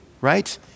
Right